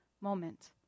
moment